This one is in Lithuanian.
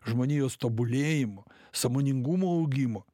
žmonijos tobulėjimo sąmoningumo augimo